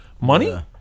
money